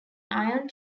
iron